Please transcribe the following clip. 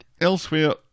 Elsewhere